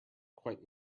quite